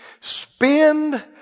spend